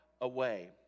away